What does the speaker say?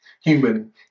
human